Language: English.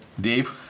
Dave